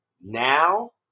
now